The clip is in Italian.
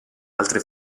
altre